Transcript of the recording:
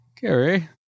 Gary